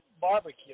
barbecue